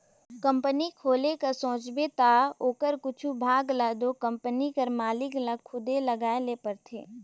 company खोले कर सोचबे ता ओकर कुछु भाग ल दो कंपनी कर मालिक ल खुदे लगाए ले परथे